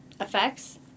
effects